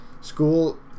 school